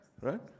right